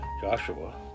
joshua